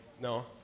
No